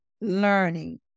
learning